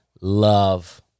love